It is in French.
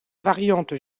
variante